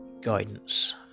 guidance